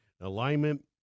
alignment